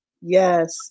Yes